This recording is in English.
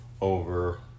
over